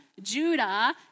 Judah